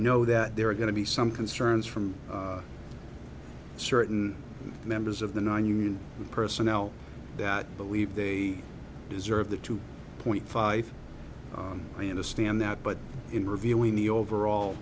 know that there are going to be some concerns from certain members of the nine union personnel that believe they deserve the two point five i understand that but in reviewing the overall